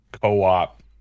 co-op